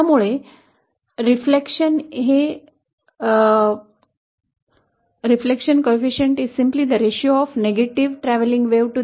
तर परावर्तन गुणांक म्हणजे V V